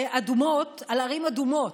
אדומות, על ערים אדומות,